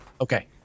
Okay